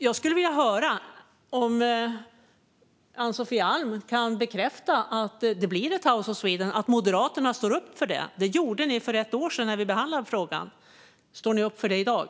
Kan Ann-Sofie Alm bekräfta att det blir ett House of Sweden och att Moderaterna står upp för det? Det gjorde de för ett år sedan när vi behandlade frågan. Står de upp för det i dag?